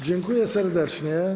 Dziękuję serdecznie.